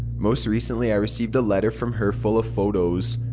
most recently i received a letter from her full of photos.